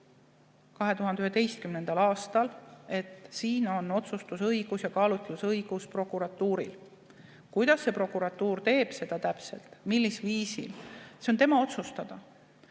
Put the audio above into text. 2011. aastal, et siin on otsustusõigus ja kaalutlusõigus prokuratuuril. Kuidas prokuratuur seda täpselt teeb, millisel viisil, see on tema otsustada.